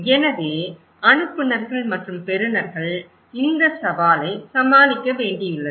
எனவே அனுப்புநர்கள் மற்றும் பெறுநர்கள் இந்த சவாலை சமாளிக்க வேண்டியுள்ளது